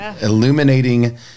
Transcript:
illuminating